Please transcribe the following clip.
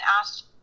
asked